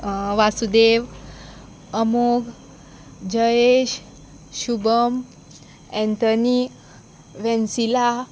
Vasudev Amog Jayesh Shubham Anthony वॅन्सिला